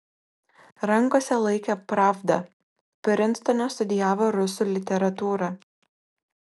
rankose laikė pravdą prinstone studijavo rusų literatūrą